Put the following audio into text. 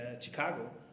Chicago